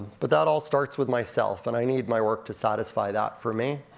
but that all starts with myself, and i need my work to satisfy that for me.